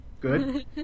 good